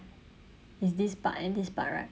it's this part and this part right